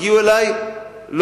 הגיעו אלי לוביסטים.